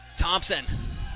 Thompson